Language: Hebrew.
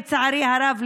לצערי הרב,